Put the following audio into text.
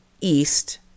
east